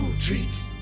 treats